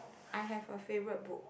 I have a favourite book